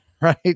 right